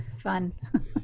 fun